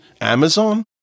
Amazon